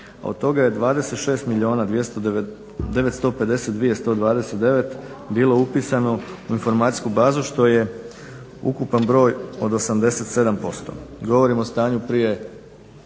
od toga je 26 milijuna 952 129 bilo upisano u informacijsku bazu što je ukupan broj od 87%. Govorim o stanju prije,